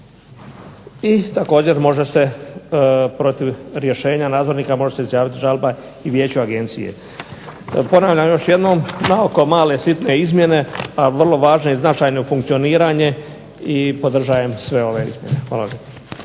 i također može se protiv rješenja nadzornika može izjaviti žalba i Vijeću Agencije. Ponavljam još jednom naoko male sitne izmjene, a vrlo važne i značajne u funkcioniranju i podržavam sve ove izmjene. Hvala